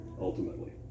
ultimately